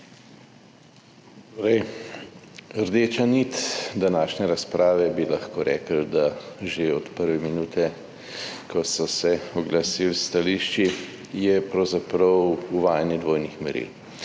rdeča nit današnje razprave, bi lahko rekli, da že od prve minute, ko so se oglasili s stališči, je pravzaprav uvajanje dvojnih meril.